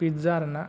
pizza ᱨᱮᱱᱟᱜ